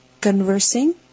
conversing